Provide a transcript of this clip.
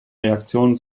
reaktionen